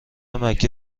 مکه